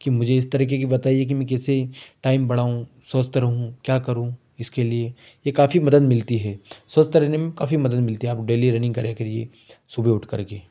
कि मुझे इस तरीके कि बताइए कि मैं कैसे टाइम बढ़ाऊँ स्वस्थ रहूँ क्या करूँ इसके लिए ये काफी मदद मिलती है स्वस्थ रहने में काफी मदद मिलती है आप डेली रनिंग करा करिए सुबह उठकर के